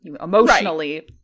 emotionally